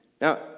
Now